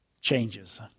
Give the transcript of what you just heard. Changes